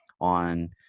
on